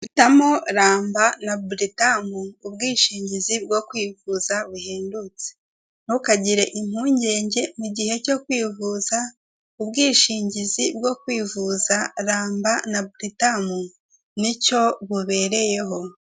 Hitamo ramba na buritamu ubwishingizi bwo kwivuza buhendutse, ntukagire impungenge mu gihe cyo kwivuza ubwishingizi bwo kwivuza ramba na buritamu nicyo bubereyeho.